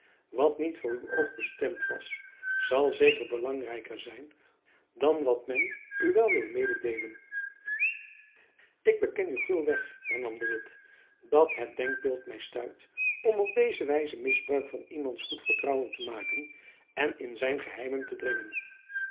wat niet voor uw oog bestemd was zal zeker belangrijker zijn dan wat men u wel wil mededeelen ik beken u gul weg hernam de witt dat het denkbeeld my stuit om op deze wijze misbruik van iemands goed vertrouwen te maken en in zijn geheimen te dringen